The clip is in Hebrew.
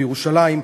בירושלים.